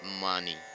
money